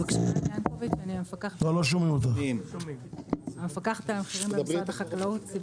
ינקוביץ, המפקחת על המחירים במשרד החקלאות.